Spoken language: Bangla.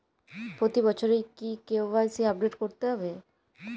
প্রতি বছরই কি কে.ওয়াই.সি আপডেট করতে হবে?